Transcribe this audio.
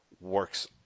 works